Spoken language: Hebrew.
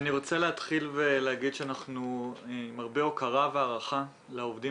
אני רוצה להתחיל ולהגיד שיש לנו הרבה הוקרה והערכה לעובדים